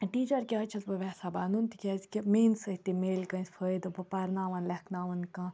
teacher کیٛازِ چھَس بہٕ ٮ۪ژھان بَنُن تِکیٛازِکہِ میٛٲنہِ سۭتۍ تہِ میلہِ کٲنٛسہِ فٲیدٕ بہٕ پَرناوَان لیکھناوَان کانٛہہ